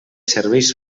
serveis